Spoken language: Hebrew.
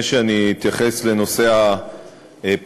אמרתי "הרשימה המשותפת", הם מגדירים את עצמם